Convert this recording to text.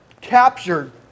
captured